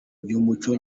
by’umuco